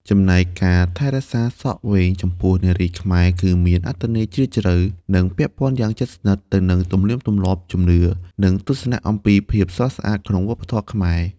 ចំណែកការថែរក្សាសក់វែងចំពោះនារីខ្មែរ គឺមានអត្ថន័យជ្រាលជ្រៅ និងពាក់ព័ន្ធយ៉ាងជិតស្និទ្ធទៅនឹងទំនៀមទម្លាប់ ជំនឿ និងទស្សនៈអំពីភាពស្រស់ស្អាតក្នុងវប្បធម៌ខ្មែរ។